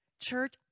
Church